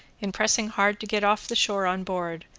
in pressing hard to get off the shore on board,